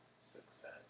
success